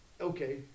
Okay